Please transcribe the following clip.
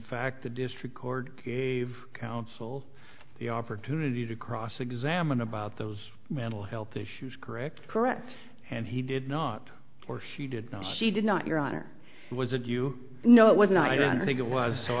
fact the district court gave counsel the opportunity to cross examine about those mental health issues correct correct and he did not or she did not she did not your honor was it you know it was not i don't think it was so